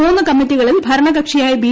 മൂന്ന് കമ്മിറ്റികളിൽ ഭരണകക്ഷിയായ ബി